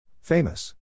Famous